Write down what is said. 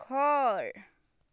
ঘৰ